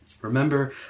Remember